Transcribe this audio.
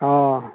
हँ